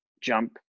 jump